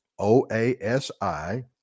OASI